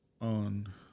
on